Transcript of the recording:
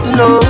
no